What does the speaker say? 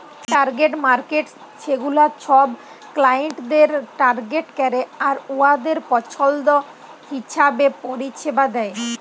target markets ছেগুলা ছব ক্লায়েন্টদের টার্গেট ক্যরে আর উয়াদের পছল্দ হিঁছাবে পরিছেবা দেয়